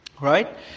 right